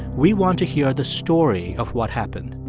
we want to hear the story of what happened.